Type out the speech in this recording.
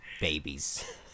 babies